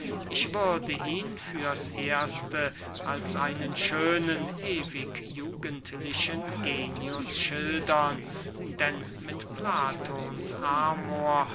ich würde ihn fürs erste als einen schönen ewigjugendlichen genius schildern denn mit platons amor